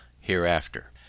hereafter